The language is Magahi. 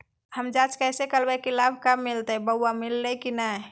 हम जांच कैसे करबे की लाभ कब मिलते बोया मिल्ले की न?